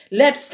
let